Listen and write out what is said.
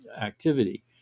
activity